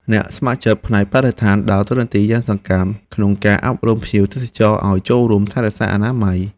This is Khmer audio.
អ្នកស្ម័គ្រចិត្តផ្នែកបរិស្ថានដើរតួនាទីយ៉ាងសកម្មក្នុងការអប់រំភ្ញៀវទេសចរឱ្យចូលរួមថែរក្សាអនាម័យ។